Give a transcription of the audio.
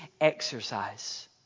exercise